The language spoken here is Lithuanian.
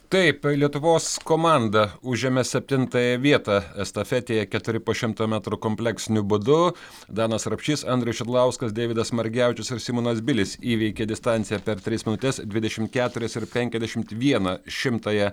taip lietuvos komanda užėmė septintąją vietą estafetėje keturi po šimtą metrų kompleksiniu būdu danas rapšys andrius šidlauskas deividas margevičius ir simonas bilis įveikė distanciją per tris minutes dvidešim keturias ir penkiasdešimt vieną šimtąją